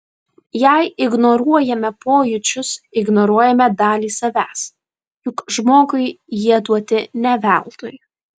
jei ignoruojame pojūčius ignoruojame dalį savęs juk žmogui jie duoti ne veltui